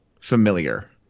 familiar